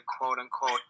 quote-unquote